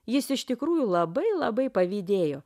jis iš tikrųjų labai labai pavydėjo